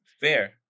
Fair